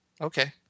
okay